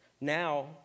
Now